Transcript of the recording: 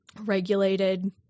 regulated